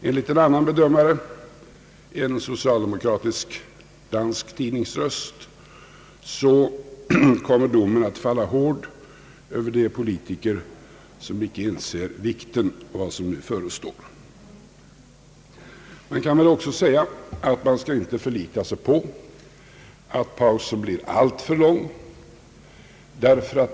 Enligt en annan bedömare, en socialdemokratisk dansk = tidningsröst, kommer domen att falla hård över de politiker som icke inser vikten av vad som nu förestår. Man skall inte förlita sig på att pausen blir alltför lång.